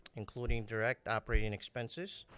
including direct operating expenses,